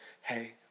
hey